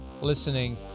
listening